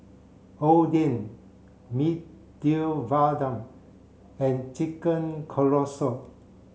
Oden Medu Vada and Chicken Casserole